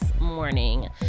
morning